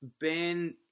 Ben